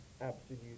absolute